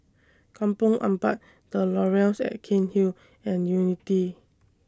Kampong Ampat The Laurels At Cairnhill and Unity